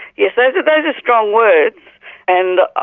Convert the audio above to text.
yes like and and strong words and